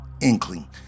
inkling